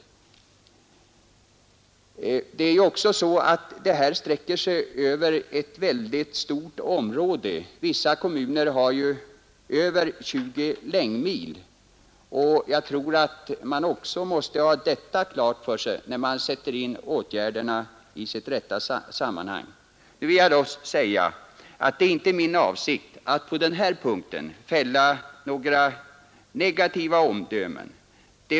Det är ett mycket stort område det gäller. Vissa kommuner har över 20 längdmil, och jag tror att man också måste ha detta klart för sig om man vill sätta åtgärderna i deras rätta sammanhang. Det är inte min avsikt att fälla några negativa omdömen på denna punkt.